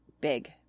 big